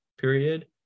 period